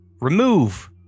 remove